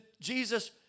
Jesus